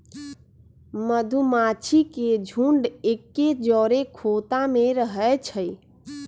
मधूमाछि के झुंड एके जौरे ख़ोता में रहै छइ